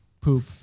poop